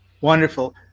Wonderful